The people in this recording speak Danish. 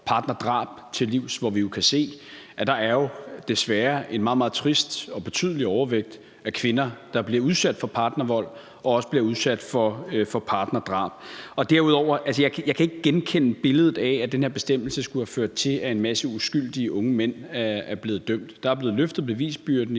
partnerdrab til livs, hvor vi jo kan se, at der desværre er en meget, meget trist og betydelig overvægt af kvinder, der bliver udsat for partnervold og også bliver udsat for partnerdrab. Derudover vil jeg sige: Jeg kan ikke genkende billedet af, at den her bestemmelse skulle have ført til, at en masse uskyldige unge mænd er blevet dømt. Der er blevet løftet bevisbyrde